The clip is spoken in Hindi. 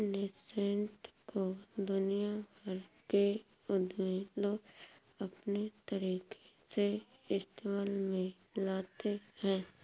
नैसैंट को दुनिया भर के उद्यमी लोग अपने तरीके से इस्तेमाल में लाते हैं